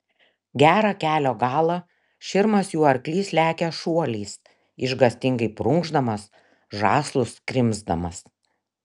gerą kelio galą širmas jų arklys lekia šuoliais išgąstingai prunkšdamas žąslus krimsdamas